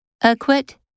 Acquit